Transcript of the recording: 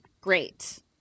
great